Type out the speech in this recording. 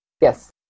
Yes